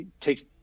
takes